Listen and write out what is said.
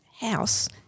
house